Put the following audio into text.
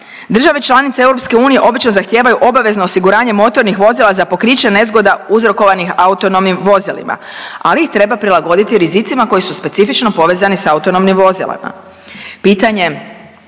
države članice EU obično zahtijevaju obavezno osiguranje motornih vozila za pokriće nezgoda uzrokovanih autonomnim vozilima, ali ih treba prilagoditi rizicima koji su specifično povezani s autonomnim vozilima,